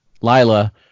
Lila